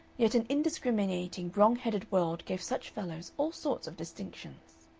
yet an indiscriminating, wrong-headed world gave such fellows all sorts of distinctions.